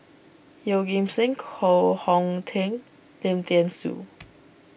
Yeoh Ghim Seng Koh Hong Teng Lim thean Soo